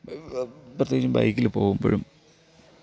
പ്രത്യേകിച്ചും ബൈക്കിൽ പോകുമ്പോഴും